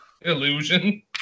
Illusion